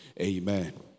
Amen